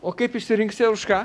o kaip išsirinksi už ką